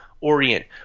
orient